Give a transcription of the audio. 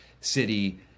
City